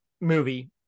movie